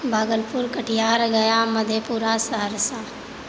Bhagalpur Katihar Gaya Madhepura Saharsa